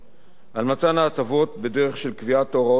על מתן ההטבות בדרך של קביעת הוראות מינהליות